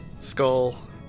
skull